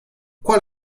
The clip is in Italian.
qual